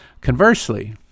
Conversely